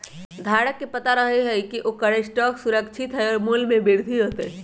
धारक के पता रहा हई की ओकर स्टॉक सुरक्षित हई और मूल्य में वृद्धि होतय